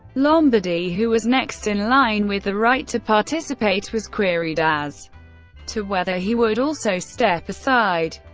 lombardy, who was next in line with the right to participate, was queried as to whether he would also step aside.